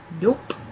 Nope